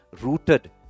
rooted